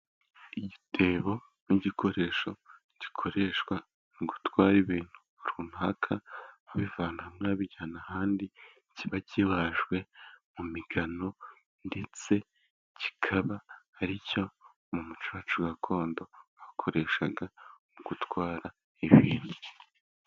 Igitebo n'igikoresho gikoreshwa, mu gutwara ibintu runaka babivana hamwe ba bijyana ahandi, kiba kibajwe mu migano ndetse kikaba, ari cyo mu muco wacu gakondo bakoreshaga mu gutwara ibintu.